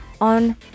on